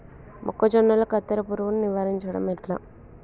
మొక్కజొన్నల కత్తెర పురుగుని నివారించడం ఎట్లా?